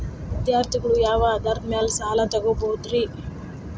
ವಿದ್ಯಾರ್ಥಿಗಳು ಯಾವ ಆಧಾರದ ಮ್ಯಾಲ ಸಾಲ ತಗೋಬೋದ್ರಿ?